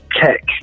tech